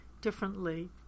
differently